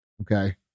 Okay